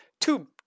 Two